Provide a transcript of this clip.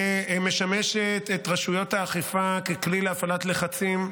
ומשמשת את רשויות האכיפה ככלי להפעלת לחצים,